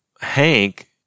Hank